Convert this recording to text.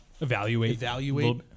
evaluate